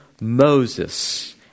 Moses